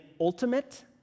ultimate